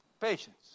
Patience